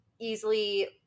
easily